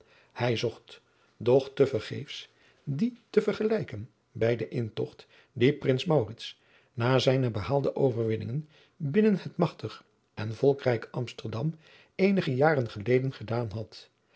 hij zocht doch te vergeefs dien te vergelijken bij den intogt dien prins maurits na zijne behaalde overwinningen binnen het magtig en volkrijk amsterdam eenige jaren geleden gedaan had